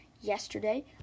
yesterday